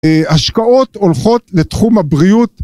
השקעות הולכות לתחום הבריאות